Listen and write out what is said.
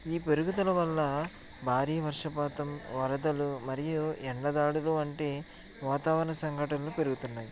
ఈ పెరుగుదల వల్ల భారీ వర్షపాతం వరదలు మరియు ఎండ దాడులు వంటి వాతావరణ సంఘటనలు పెరుగుతున్నాయి